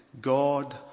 God